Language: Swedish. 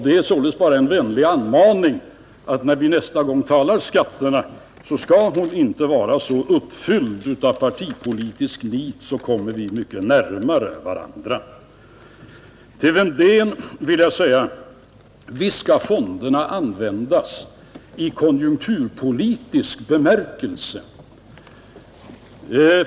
Det är således bara en vänlig anmaning att om hon nästa gång vi diskuterar skatterna inte är så uppfylld av partipolitiskt nit så kommer vi mycket närmare varandra. Till herr Wedén vill jag säga, att visst skall fonderna användas i konjunkturpolitisk bemärkelse.